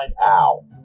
ow